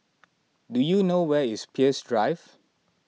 do you know where is Peirce Drive